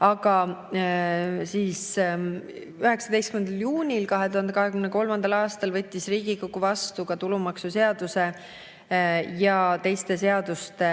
Aga 19. juunil 2023. aastal võttis Riigikogu vastu tulumaksuseaduse ja teiste seaduste